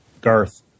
Garth